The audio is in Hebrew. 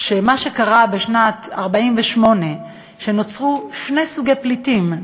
מה שקרה בשנת 48' שנוצרו שני סוגי פליטים,